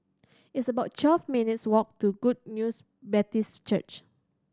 it's about twelve minutes' walk to Good News Baptist Church